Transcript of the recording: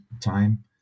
time